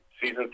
Season